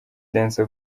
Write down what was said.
dance